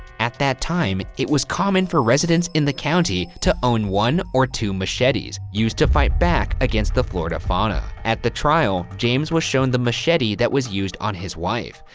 at that time, it was common for residents in the county to own one or two machetes, used to fight back against the florida fauna. at the trial, james was shown the machete that was used on his wife.